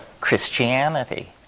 Christianity